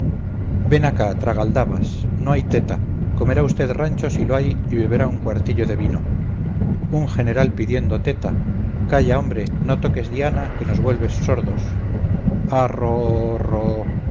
ven acá tragaldabas no hay teta comerá usted rancho si lo hay y beberá un cuartillo de vino un general pidiendo teta calla hombre no toques diana que nos vuelves sordos arro roooo